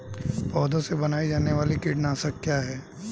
पौधों से बनाई जाने वाली कीटनाशक क्या है?